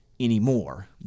anymore